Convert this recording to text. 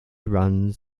runs